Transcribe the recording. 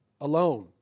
alone